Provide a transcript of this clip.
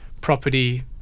property